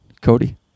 Cody